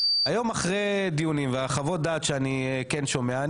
היום אחרי דיונים והחוות דעת שאני כן שומע,